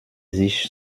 sich